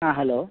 ಹಾಂ ಹಲೋ